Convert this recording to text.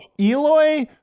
Eloy